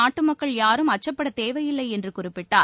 நாட்டு மக்கள் யாரும் அச்சப்படத் தேவையில்லை என்று குறிப்பிட்டார்